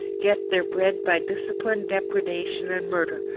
get their bread by disciplined depredation and murder,